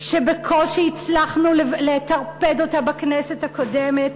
שבקושי הצלחנו לטרפד אותה בכנסת הקודמת,